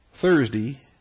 Thursday